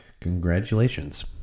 Congratulations